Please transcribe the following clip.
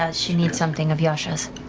ah she needs something of yasha's.